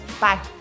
Bye